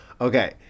Okay